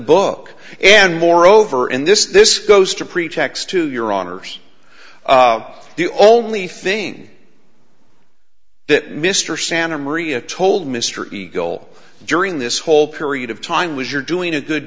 book and moreover in this this goes to pretext to your honor's the only thing that mr santa maria told mr eagle during this whole period of time was you're doing a good